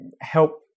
help